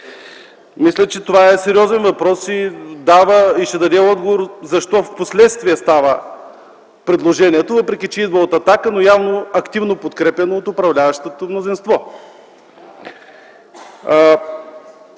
Мисля, че това е сериозен въпрос и ще даде отговор защо впоследствие става предложението, въпреки че идва от „Атака”, но явно активно подкрепяно от управляващото мнозинство.